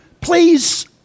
please